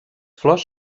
flors